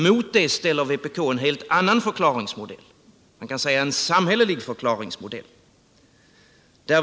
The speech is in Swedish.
Mot det ställer vpk en helt annan förklaringsmodell, en samhällelig förklaringsmodell.